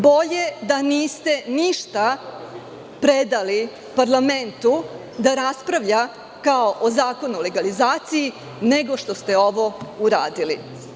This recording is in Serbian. Bolje da niste ništa predali parlamentu, da raspravlja kao o Zakonu o legalizaciji, nego što ste ovo uradili.